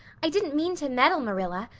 i didn't mean to meddle, marilla.